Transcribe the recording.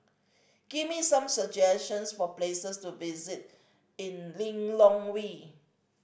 give me some suggestions for places to visit in Lilongwe